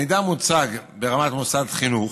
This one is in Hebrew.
המידע מוצג ברמת מוסד חינוך,